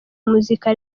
muzika